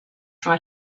try